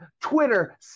Twitter